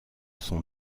son